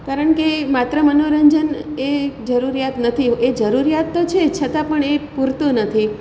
કારણકે માત્ર મનોરંજન એ જરૂરિયાત નથી એ જરૂરિયાત તો છે છતાં પણ એ પૂરતું નથી